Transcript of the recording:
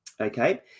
Okay